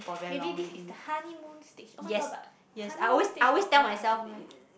maybe this is the honeymoon stage oh-my-god but honeymoon stage got quarrel I don't know eh